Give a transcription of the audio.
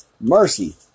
mercy